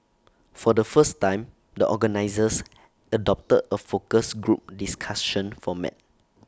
for the first time the organisers adopted A focus group discussion format